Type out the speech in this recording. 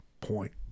point